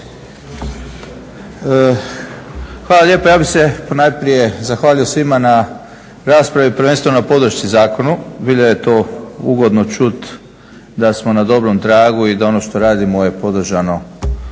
Hvala lijepo. Ja bih se najprije zahvalio svima na raspravi, prvenstveno na podršci zakonu. Bilo je to ugodno čut da smo na dobrom tragu i da ono što radimo je podržano